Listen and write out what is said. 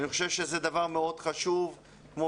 אני חושב שזה דבר מאוד חשוב ושצריכים